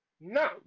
no